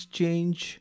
change